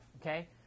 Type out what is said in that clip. okay